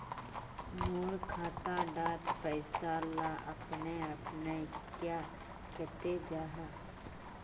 मोर खाता डार पैसा ला अपने अपने क्याँ कते जहा?